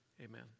amen